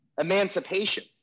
emancipation